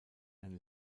eine